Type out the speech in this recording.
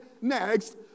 next